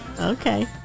Okay